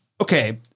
Okay